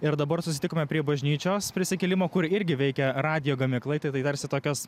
ir dabar susitikome prie bažnyčios prisikėlimo kur irgi veikia radijo gamykla tai tarsi tokios